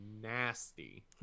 Nasty